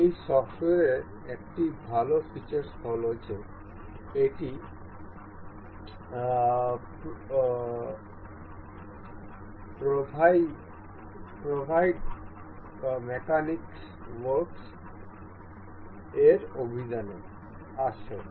এই সফ্টওয়্যারের একটি ভাল ফিচার্স হল যে এটি প্রভাইড কোর মেকানিক্স ওয়ার্কস এর অধিনে